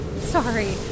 Sorry